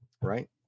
Right